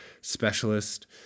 specialist